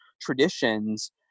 traditions